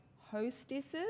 hostesses